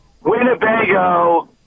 Winnebago